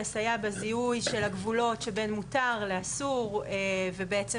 לסייע בזיהוי של הגבולות שבין מותר לאסור ובעצם